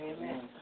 Amen